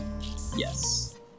Yes